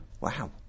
Wow